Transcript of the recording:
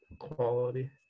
quality